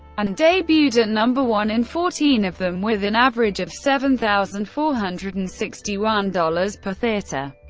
and debuted at number one in fourteen of them, with an average of seven thousand four hundred and sixty one dollars per theater.